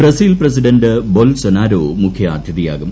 Brazil president Bolsonaro മുഖ്യാതിഥിയാകും